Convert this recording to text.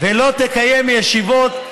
עד הממשלתית?